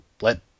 let